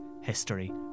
History